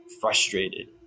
frustrated